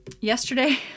Yesterday